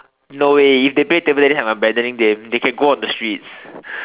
no eh if they play table tennis I'm abandoning them they can go on the streets